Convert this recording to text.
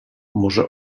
może